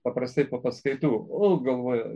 paprastai po paskaitų o galvoju